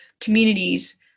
communities